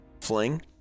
fling